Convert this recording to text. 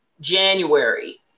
January